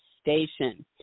station